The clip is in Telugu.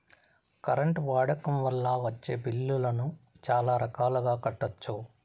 కరెంట్ వాడకం వల్ల వచ్చే బిల్లులను చాలా రకాలుగా కట్టొచ్చు